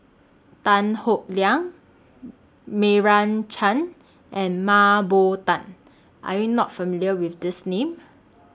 Tan Howe Liang Meira Chand and Mah Bow Tan Are YOU not familiar with These Names